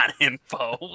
.info